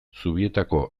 zubietako